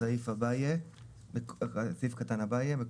בסעיף זה "חשבון משותף ביחד ולחוד חשבון משותף אשר על פי הסכם ההתקשרות